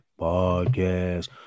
podcast